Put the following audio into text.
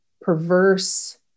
perverse